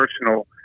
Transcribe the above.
personal